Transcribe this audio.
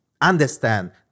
understand